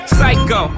Psycho